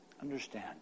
understand